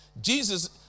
Jesus